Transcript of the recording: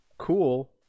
cool